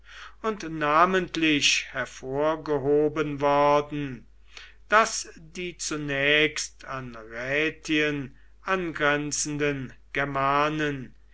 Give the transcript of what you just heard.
und namentlich hervorgehoben worden daß die zunächst an rätien angrenzenden germanen